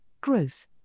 growth